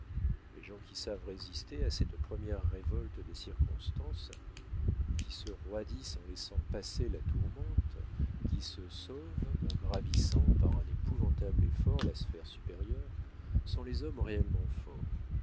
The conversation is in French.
les gens qui savent résister à cette première révolte des circonstances qui se roidissent en laissant passer la tourmente qui se sauvent en gravissant par un épouvantable effort la sphère supérieure sont les hommes réellement forts